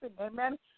Amen